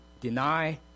deny